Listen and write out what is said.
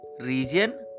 region